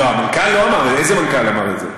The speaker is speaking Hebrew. לא, המנכ"ל לא אמר, איזה מנכ"ל אמר את זה?